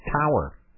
tower